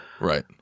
Right